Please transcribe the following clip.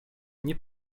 nie